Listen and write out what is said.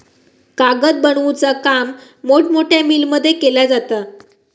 कागद बनवुचा काम मोठमोठ्या मिलमध्ये केला जाता